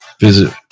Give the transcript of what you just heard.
Visit